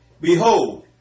Behold